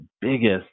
biggest